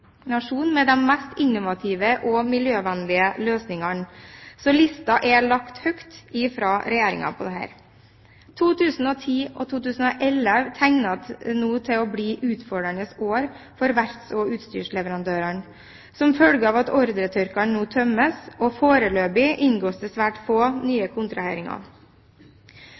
med de mest innovative og miljøvennlige løsningene. Lista er lagt høyt fra Regjeringens side når det gjelder dette. 2010 og 2011 tegner nå til å bli utfordrende år for verfts- og utstyrsleverandørene som følge av at ordrebøkene nå tømmes, og foreløpig inngås det svært få nye kontraheringer.